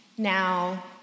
Now